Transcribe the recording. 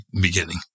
beginning